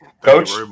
Coach